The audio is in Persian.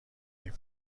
این